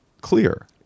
clear